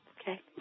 Okay